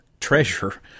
treasure